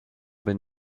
been